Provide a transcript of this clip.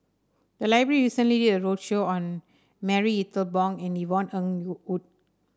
the library recently did a roadshow on Marie Ethel Bong and Yvonne Ng Road Uhde